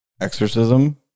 Exorcism